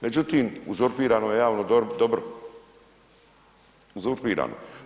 Međutim, uzurpirano je javno dobro, uzurpirano.